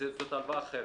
וזאת הלוואה אחרת.